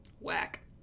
Whack